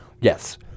Yes